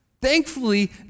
thankfully